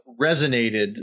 resonated